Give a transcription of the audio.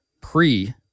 pre